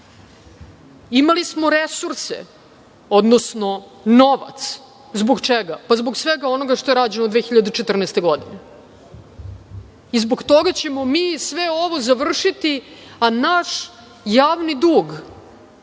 smo resurse, odnosno novac. Zbog čega? Pa, zbog svega onoga što je rađeno 2014. godine. I zbog toga ćemo mi sve ovo završiti, a naš javni dug